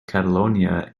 catalonia